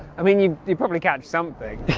i mean you'd you'd probably catch something